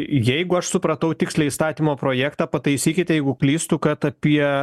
jeigu aš supratau tiksliai įstatymo projektą pataisykit jeigu klystu kad apie